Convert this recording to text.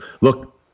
Look